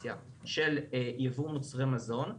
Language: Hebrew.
הרגולציה של ייבוא מוצרי מזון,